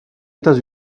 états